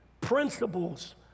principles